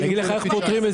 יקבלו.